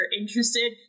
interested